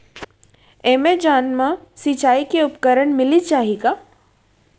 Amazon मा सिंचाई के उपकरण मिलिस जाही का?